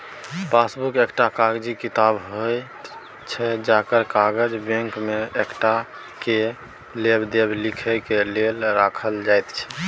passbook एकटा कागजी किताब होइत छै जकर काज बैंक में टका के लेब देब लिखे के लेल राखल जाइत छै